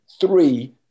Three